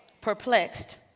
perplexed